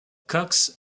cox